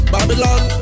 Babylon